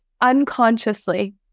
unconsciously